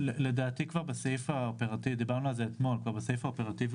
לדעתי דיברנו על זה כבר בסעיף האופרטיבי,